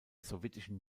sowjetischen